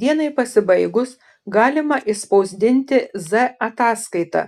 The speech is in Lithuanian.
dienai pasibaigus galima išspausdinti z ataskaitą